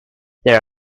there